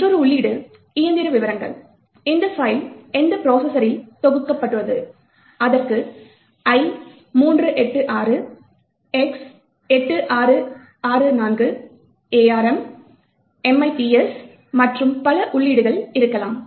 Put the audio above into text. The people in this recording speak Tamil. மற்றொரு உள்ளீடு இயந்திர விவரங்கள் இந்த பைல் எந்த ப்ரோசஸ்சரில் தொகுக்கப்பட்டது அதற்கு i386 X86 64 ARM MIPS மற்றும் பல உள்ளீடுகள் இருக்கலாம்